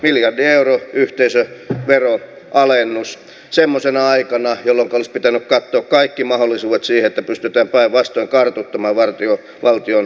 miljardin euron yhteisöveroalennus semmoisena aikana jolloinka olisi pitänyt katsoa kaikki mahdollisuudet siihen että pystytään päinvastoin kartuttamaan valtion verokassaa